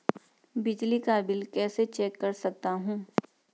बिजली का बिल कैसे चेक कर सकता हूँ?